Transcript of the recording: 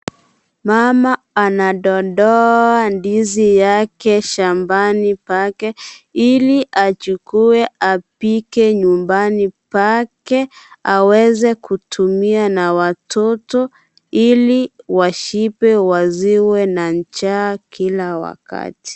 Mama anadondoa ndizi yake shambani pake, ili achukue apike nyumbani pake aweze kutumia na watoto ili washibe wasiwe na njaa kila wakati.